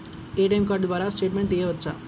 ATM card ద్వారా statement తీయవచ్చా?